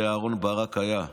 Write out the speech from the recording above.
כשאהרן ברק היה.